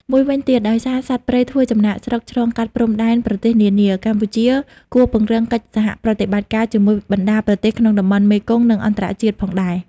មួយវិញទៀត ដោយសារសត្វព្រៃធ្វើចំណាកស្រុកឆ្លងកាត់ព្រំដែនប្រទេសនានា កម្ពុជាគួរពង្រឹងកិច្ចសហប្រតិបត្តិការជាមួយបណ្ដាប្រទេសក្នុងតំបន់មេគង្គ និងអន្តរជាតិផងដែរ។